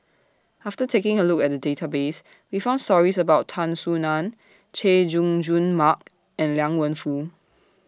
after taking A Look At The Database We found stories about Tan Soo NAN Chay Jung Jun Mark and Liang Wenfu